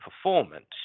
performance